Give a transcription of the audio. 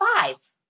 five